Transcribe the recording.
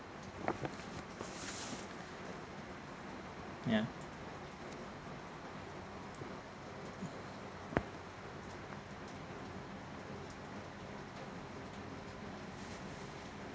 yeah